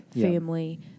family